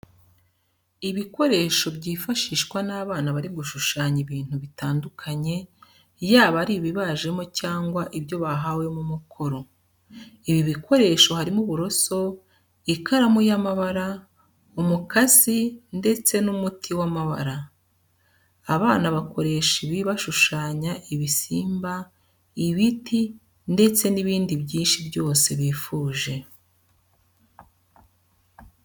Ibikoresho byifashishwa n'abana bari gushushanya ibintu bitandukanye yaba ari ibibajemo cyangwa ibyo bahawemo umukoro. Ibi bikoresho harimo uburoso, ikaramu y'amabara, umukasi ndetse n'umuti w'amabara. Abana bakoresha ibi bashushanya ibisimba ,ibiti ndetse nibindi byinshi byose bifuje.